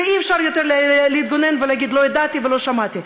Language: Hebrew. אי-אפשר יותר להתגונן ולהגיד: לא ידעתי ולא שמעתי.